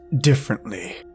differently